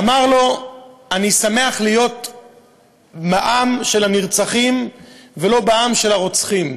אמר לו: אני שמח להיות בעם של הנרצחים ולא בעם של הרוצחים.